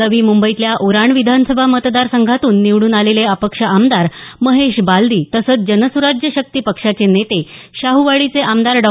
नवी मुंबईतल्या उरण विधानसभा मतदारसंघातून निवडून आलेले अपक्ष आमदार महेश बालदी तसंच जनसुराज्य शक्ती पक्षाचे नेते शाहवाडीचे आमदार डॉ